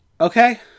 Okay